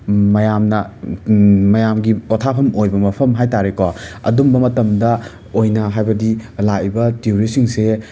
ꯃꯌꯥꯝꯅ ꯃꯌꯥꯝꯒꯤ ꯄꯣꯊꯥꯐꯝ ꯑꯣꯏꯕ ꯃꯐꯝ ꯍꯥꯏꯇꯥꯔꯦꯀꯣ ꯑꯗꯨꯝꯕ ꯃꯇꯝꯗ ꯑꯣꯏꯅ ꯍꯥꯏꯕꯗꯤ ꯂꯥꯛꯏꯕ ꯇ꯭ꯌꯨꯔꯤꯁꯁꯤꯡꯁꯦ